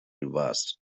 reversed